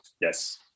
Yes